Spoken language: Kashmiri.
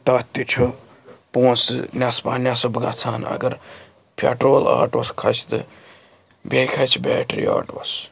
تَتھ تہِ چھُ پونٛسہٕ نٮ۪صفا نٮ۪صف گژھان اگر پٮ۪ٹرول آٹُوَس کھَسہِ تہٕ بیٚیہِ کھَسہِ بیٹرٛی آٹُوَس